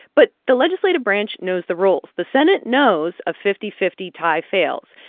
but the legislative branch knows the rules. the senate knows a fifty fifty tie fails.